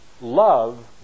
love